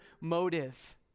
motive